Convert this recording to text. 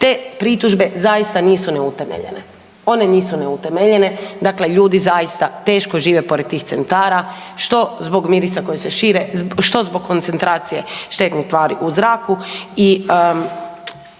Te pritužbe zaista nisu neutemeljene, one nisu neutemeljene, dakle ljudi zaista teško žive pored tih centara što zbog mirisa koji se šire, što zbog koncentracije štetnih tvari u zraku